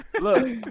Look